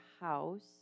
house